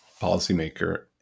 policymaker